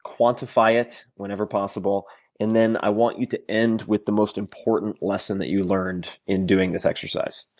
quantify it whenever possible and then i want you to end with the most important lesson that you learned in doing this exercise,